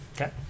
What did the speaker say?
Okay